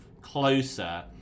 closer